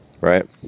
right